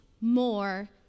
more